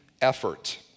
effort